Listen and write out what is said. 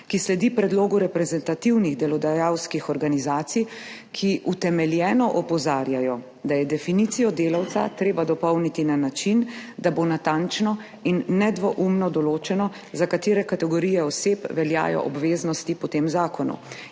ki sledi predlogu reprezentativnih delodajalskih organizacij, ki utemeljeno opozarjajo, da je definicijo delavca treba dopolniti na način, da bo natančno in nedvoumno določeno, za katere kategorije oseb veljajo obveznosti po tem zakonu